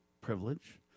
privilege